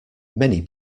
many